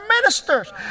ministers